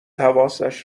حواسش